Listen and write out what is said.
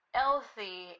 healthy